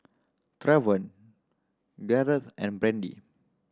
Travon Garret and Brady